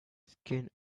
skin